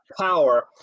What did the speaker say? Power